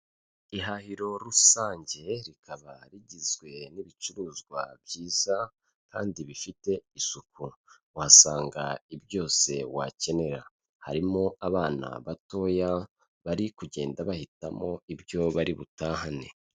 Ihahiro rusange rikaba rigizwe n'ibicuruzwa byiza kandi bifite isuku, wahasanga byose wakenera, harimo abana batoya bari kugenda bahitamo ibyo bari butahane.